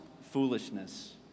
foolishness